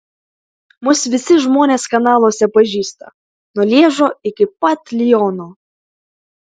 mus visi žmonės kanaluose pažįsta nuo lježo iki pat liono